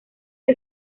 que